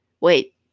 wait